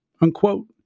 unquote